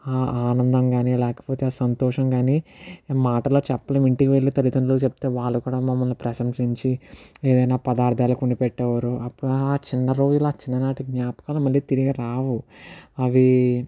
ఆనందం కానీ లేకపోతే ఆ సంతోషం కానీ మాటల్లో చెప్పలేం ఇంటికి వెళ్లి తల్లిదండ్రులు చెప్తే వాళ్ళు కూడా మమ్మల్ని ప్రశంసించి ఏదైనా పదార్థాలు కొనిపెట్టేవారు అట్ట ఆ చిన్న రోజుల్లో ఆ చిన్ననాటి జ్ఞాపకాలు మళ్లీ తిరిగి రావు అవి